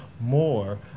more